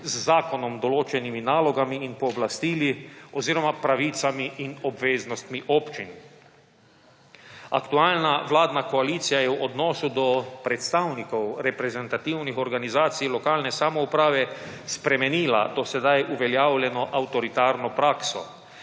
z zakonom določenimi nalogami in pooblastili oziroma pravicami in obveznostmi občin. Aktualna vladna koalicija je v odnosu do predstavnikov reprezentativnih organizacij lokalne samouprave spremenila do sedaj uveljavljeno avtoritarno prakso.